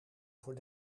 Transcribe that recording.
voor